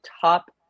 top